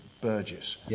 Burgess